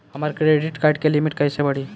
हमार credit card के limit कइसे बढ़ी?